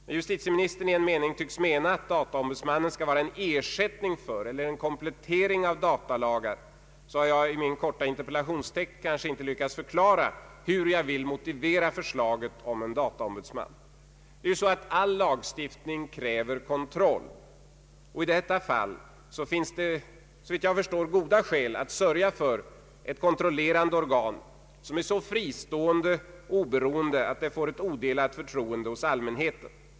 När justitieministern i en mening tycks mena att dataombudsmannen skall vara en ersättning för eller en komplettering av datalagarna, har jag i min korta interpellationstext kanske inte lyckats förklara hur jag vill motivera förslaget om en dataombudsman. Det är ju så att all lagstiftning kräver kontroll. I detta fall finns det enligt min mening goda skäl att sörja för att det skapas ett kontrollerande organ som är så fristående och oberoende att det får ett odelat förtroende hos allmänheten.